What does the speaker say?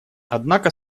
однако